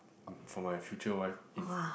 for my future wife is